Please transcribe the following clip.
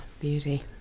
Beauty